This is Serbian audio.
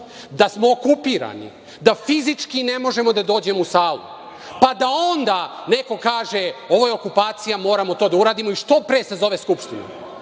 da smo okupirani, da fizički ne možemo da dođemo u salu, pa da onda neko kaže – ovo je okupacija, moramo to da uradimo i što pre sazove Skupštine.